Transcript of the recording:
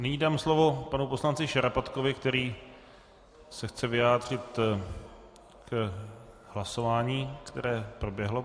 Nyní dám slovo panu poslanci Šarapatkovi, který se chce vyjádřit k hlasování, které proběhlo.